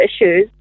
issues